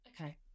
Okay